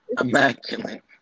immaculate